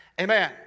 Amen